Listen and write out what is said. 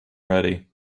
ready